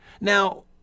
Now